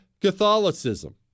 Catholicism